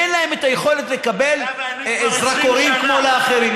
ואין להם היכולת לקבל זרקורים כמו לאחרים.